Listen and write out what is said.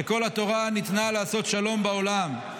שכל התורה ניתנה לעשות שלום בעולם,